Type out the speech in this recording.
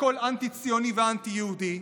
לכל אנטי-ציוני ואנטי-יהודי,